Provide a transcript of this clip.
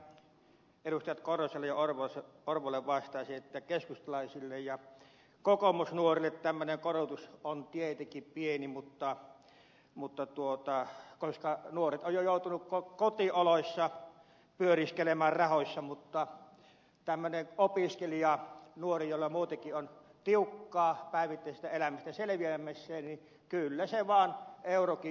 lähinnä edustajille korhoselle ja orvolle vastaisin että keskustalaisille ja kokoomusnuorille tämmöinen korotus on tietenkin pieni koska nuoret ovat joutuneet jo kotioloissaan pyöriskelemään rahoissa mutta tämmöiselle opiskelijanuorelle jolla on muutenkin tiukkaa päivittäisestä elämästä selviäminen kyllä se vaan eurokin on suuri raha